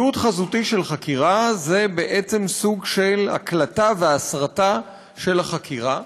תיעוד חזותי של חקירה זה בעצם סוג של הקלטה והסרטה של החקירה.